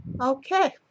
Okay